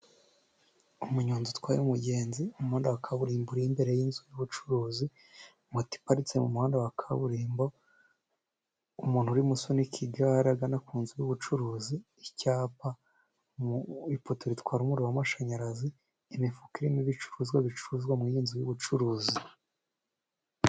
Umunyonzi utwaye umugenzi, umuhanda wa kaburimbo uri imbere y'inzu y'ubucuruzi, moto iparitse mu muhanda wa kaburimbo, umuntu urimo usunika igare agana ku nzu y'ubucuruzi, icyapa, ipoto itwara umuriro w'amashanyarazi, imifuka irimo ibicuruzwa bicuruzwa mu iyi nzu y'ubucuruzi.